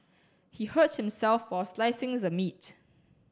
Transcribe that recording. he hurt himself while slicing the meat